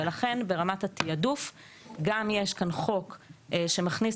לכן ברמת התעדוף גם יש כאן חוק שמכניס